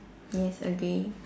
yes agree